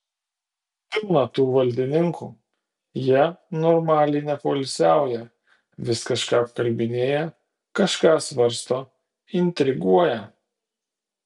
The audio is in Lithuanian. pilna tų valdininkų jie normaliai nepoilsiauja vis kažką apkalbinėja kažką svarsto intriguoja